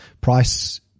price